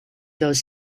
those